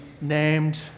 named